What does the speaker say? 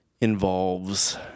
involves